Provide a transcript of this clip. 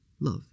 love